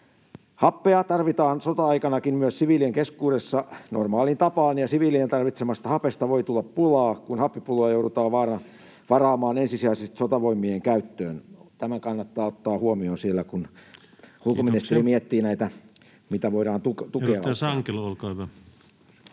Happea tarvitaan sota-aikanakin myös siviilien keskuudessa normaaliin tapaan, ja siviilien tarvitsemasta hapesta voi tulla pulaa, kun happipulloja joudutaan varaamaan ensisijaisesti sotavoimien käyttöön. Tämä kannattaa ottaa huomioon siellä, kun [Puhemies: Kiitoksia!]